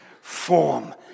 Form